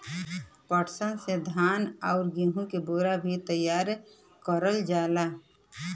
पटसन से धान आउर गेहू क बोरा भी तइयार कइल जाला